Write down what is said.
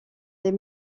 les